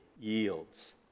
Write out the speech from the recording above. yields